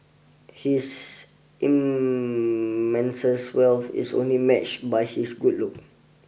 his immense wealth is only matched by his good looks